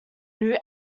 new